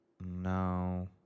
No